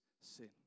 sin